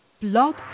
Blog